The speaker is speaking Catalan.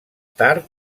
tard